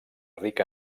ric